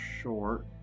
short